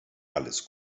alles